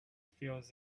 fields